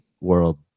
world